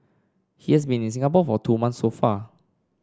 he has been in Singapore for two months so far